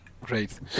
Great